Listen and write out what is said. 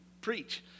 preach